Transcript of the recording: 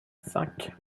cinq